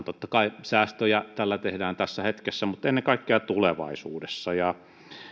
totta kai säästöjä tällä tehdään tässä hetkessä mutta ennen kaikkea tulevaisuudessa